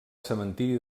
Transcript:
cementiri